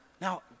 now